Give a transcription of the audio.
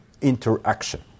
interaction